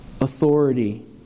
authority